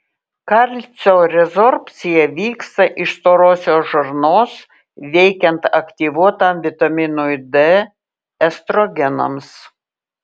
kalcio rezorbcija vyksta iš storosios žarnos veikiant aktyvuotam vitaminui d estrogenams